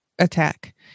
attack